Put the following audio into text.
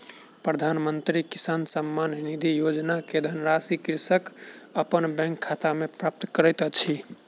प्रधानमंत्री किसान सम्मान निधि योजना के धनराशि कृषक अपन बैंक खाता में प्राप्त करैत अछि